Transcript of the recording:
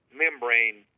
membrane